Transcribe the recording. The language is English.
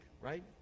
right